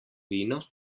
vino